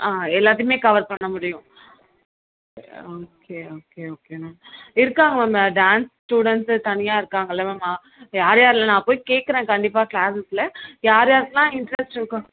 ஆ எல்லாத்தியுமே கவர் பண்ண முடியும் ஓகே ஓகே ஓகே மேம் இருக்காங்க மேம் டான்ஸ் ஸ்டூடண்ட்ஸு தனியா இருக்காங்கள்லை மேம் யார் யாரில் நான் போய் கேட்கறேன் கண்டிப்பாக க்ளாஸுக்குள்ளே யார் யாருக்கெலாம் இன்ட்ரெஸ்ட் இருக்கோ